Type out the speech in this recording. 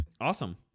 awesome